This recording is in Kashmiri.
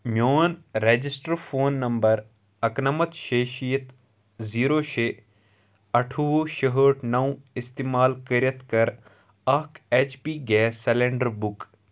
میون رجسٹر فون نمبر اکنَمَتھ شیٚیہِ شیٖتھ زیٖرو شےٚ اَٹھووُہ شُہٲٹھ نَو استعمال کٔرِتھ کَر اکھ اٮ۪چ پی گیس سلینڈر بُک